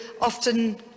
often